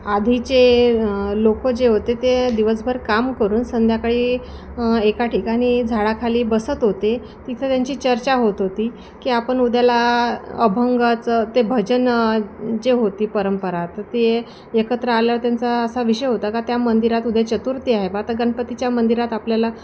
आधीचे लोक जे होते ते दिवसभर काम करून संध्याकाळी एका ठिकाणी झाडाखाली बसत होते तिथं त्यांची चर्चा होत होती की आपण उद्याला अभंगाचं ते भजन जे होती परंपरा तर ते एकत्र आल्यावर त्यांचा असा विषय होता का त्या मंदिरात उद्या चतुर्थी आहे बा तर गणपतीच्या मंदिरात आपल्याला